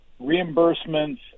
reimbursements